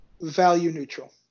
value-neutral